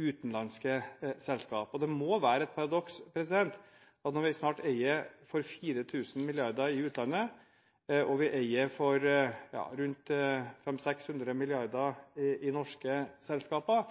utenlandske selskaper. Det må være et paradoks at man, når vi snart eier for 4 000 mrd. kr i utlandet og for rundt 500–600 mrd. kr i norske selskaper,